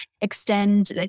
extend